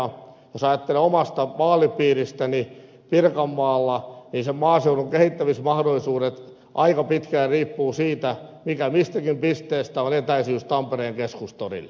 jos ajattelee omaa vaalipiiriäni niin pirkanmaalla maaseudun kehittämismahdollisuudet aika pitkään riippuvat siitä mikä mistäkin pisteestä on etäisyys tampereen keskustorille